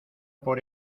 por